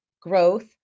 growth